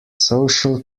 social